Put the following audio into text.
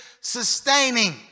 sustaining